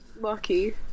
Lucky